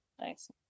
Nice